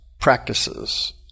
practices